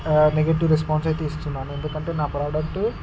negative response అయితే ఇస్తున్నాను ఎందుకంటే నా ప్రొడక్టు